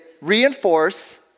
reinforce